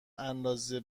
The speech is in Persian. اندازه